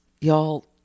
y'all